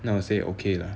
now you say okay lah